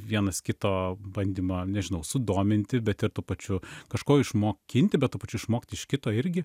vienas kito bandymą nežinau sudominti bet ir tuo pačiu kažko išmokinti bet tuo pačiu išmokti iš kito irgi